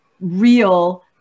real